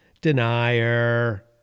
Denier